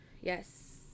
Yes